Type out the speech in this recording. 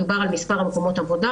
מדובר על מספר מקומות עבודה,